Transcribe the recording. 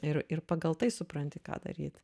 ir ir pagal tai supranti ką daryt